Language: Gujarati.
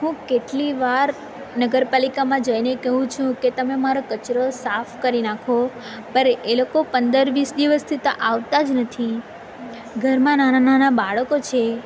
હું કેટલી વાર નગરપાલિકામાં જઈને કહું છું કે તમે મારો કચરો સાફ કરી નાખો પર એ લોકો પંદર વીસ દિવસથી તો આવતા જ નથી ઘરમાં નાના નાના બાળકો છે